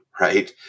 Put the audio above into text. right